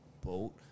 boat